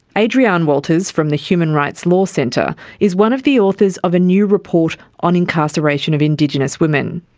adrianne walters from the human rights law centre is one of the authors of a new report on incarceration of indigenous women.